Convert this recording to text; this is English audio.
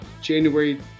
January